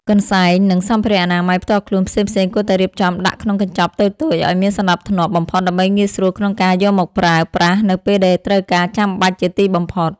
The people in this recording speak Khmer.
កន្សែង និង សម្ភារៈអនាម័យផ្ទាល់ខ្លួនផ្សេងៗគួរតែរៀបចំដាក់ក្នុងកញ្ចប់តូចៗឱ្យមានសណ្ដាប់ធ្នាប់បំផុតដើម្បីងាយស្រួលក្នុងការយកមកប្រើប្រាស់នៅពេលដែលត្រូវការចាំបាច់ជាទីបំផុត។